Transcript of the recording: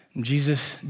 Jesus